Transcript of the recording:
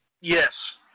Yes